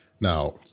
Now